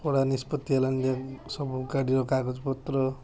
କଡ଼ା ନିଷ୍ପତ୍ତି ହେଲା ଯେଉଁ ସବୁ ଗାଡ଼ିର କାଗଜପତ୍ର